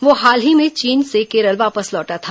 वह हाल ही में चीन से केरल वापस लौटा था